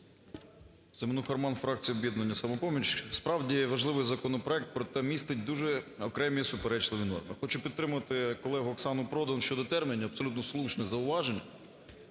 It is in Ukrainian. Семенуха Роман, фракція "Об'єднання "Самопоміч", справді важливий законопроект, проте містить дуже окремі суперечливі норми. Хочу підтримати колегу Оксану Продан щодо термінів, абсолютно слушне зауваження.